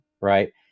right